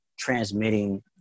Transmitting